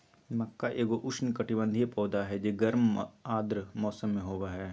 मक्का एगो उष्णकटिबंधीय पौधा हइ जे गर्म आर्द्र मौसम में होबा हइ